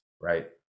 right